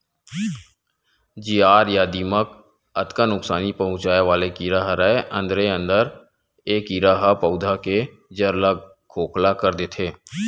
जियार या दिमक अतका नुकसानी पहुंचाय वाले कीरा हरय अंदरे अंदर ए कीरा ह पउधा के जर ल खोखला कर देथे